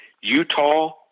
Utah